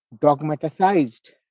Dogmatized